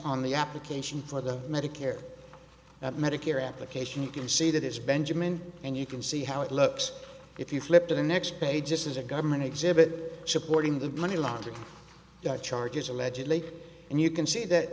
on the application for the medicare medicare application you can see that it's benjamin and you can see how it looks if you flip to the next page this is a government exhibit supporting the money laundering charges allegedly and you can see that